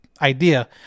idea